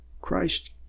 Christ